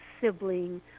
sibling